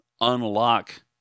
unlock